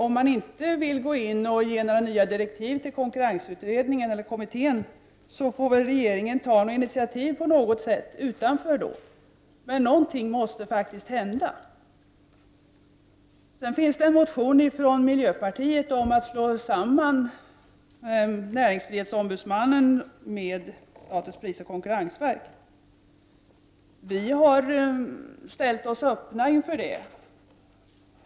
Om man inte vill gå in och ge 93 några nya direktiv till konkurrensutredningen eller kommittén får väl regeringen på något sätt ta ett initiativ utanför dessa, men någonting måste hända. Det finns en motion från miljöpartiet i vilken man föreslår att näringsfrihetsombudsmannen skall slås samman med statens prisoch konkurrensverk. Vi i folkpartiet ställer oss öppna inför detta.